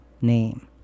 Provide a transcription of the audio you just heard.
name